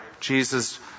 Jesus